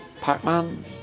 Pac-Man